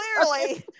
clearly